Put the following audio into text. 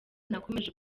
nakomeje